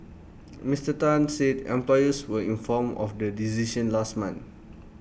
Mister Tan said employees were informed of the decision last month